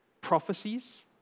prophecies